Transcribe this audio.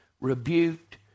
rebuked